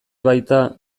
baita